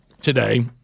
today